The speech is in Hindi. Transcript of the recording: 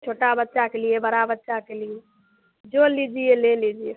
छोटा बच्चा के लिए बड़ा बच्चा के लिए जो लीजिए ले लीजिए